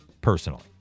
personally